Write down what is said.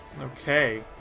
Okay